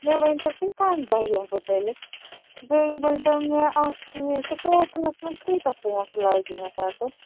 مےٚ ؤنۍتو تُہۍ کَمہِ دۄہ یِمہٕ بہٕ تیٚلہِ بیٚیہِ ؤنۍتو مےٚ اَکھ چیٖز تہٕ ٹوٹلَس منٛز کوٗتاہ پۅنٛسہٕ لَگہِ مےٚ پَتہٕ